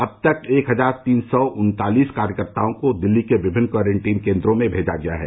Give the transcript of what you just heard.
अब तक एक हजार तीन सौ उन्तालीस कार्यकर्ताओं को दिल्ली के विभिन्न क्वारेंटीन केन्द्रों में भेजा गया है